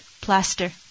Plaster